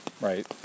right